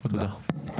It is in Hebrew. תודה.